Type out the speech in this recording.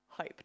hyped